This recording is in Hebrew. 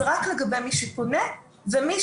זה רק לגבי מי שפונה ומי